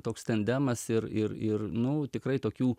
toks tandemas ir ir ir nu tikrai tokių